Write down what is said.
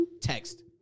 text